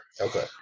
Okay